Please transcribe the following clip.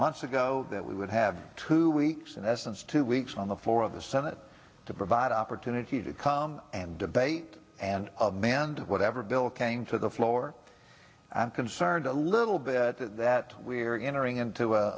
months ago that we would have two weeks in essence two weeks on the floor of the senate to provide opportunity to come and debate and man and whatever bill came to the floor i'm concerned a little bit that we're entering into a